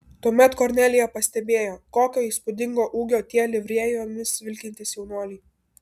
tuomet kornelija pastebėjo kokio įspūdingo ūgio tie livrėjomis vilkintys jaunuoliai